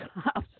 cops